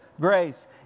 grace